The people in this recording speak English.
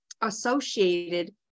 associated